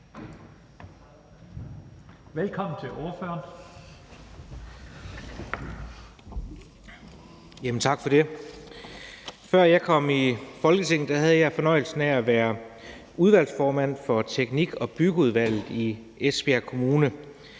Kronborg (S): Tak for det. Før jeg kom i Folketinget, havde jeg fornøjelsen af at være udvalgsformand for teknik- og byggeudvalget i Esbjerg Kommune,